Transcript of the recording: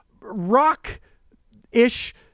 rock-ish